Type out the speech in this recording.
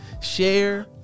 share